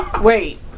Wait